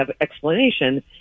explanation